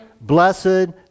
blessed